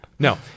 no